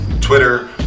Twitter